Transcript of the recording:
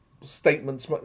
statements